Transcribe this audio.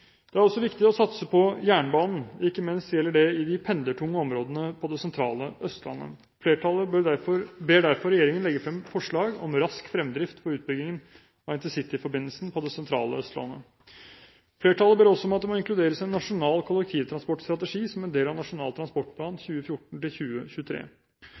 Det er også viktig å satse på jernbanen, ikke minst gjelder det i de pendlertunge områdene på det sentrale Østlandet. Flertallet ber derfor regjeringen legge frem forslag om rask fremdrift for utbyggingen av intercityforbindelsen på det sentrale Østlandet. Flertallet ber også om at det må inkluderes en nasjonal kollektivtransportstrategi som en del av Nasjonal transportplan